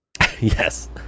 yes